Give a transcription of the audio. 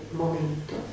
momento